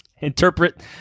Interpret